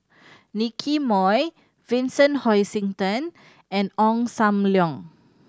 Nicky Moey Vincent Hoisington and Ong Sam Leong